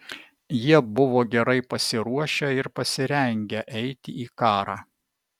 jie buvo gerai pasiruošę ir pasirengę eiti į karą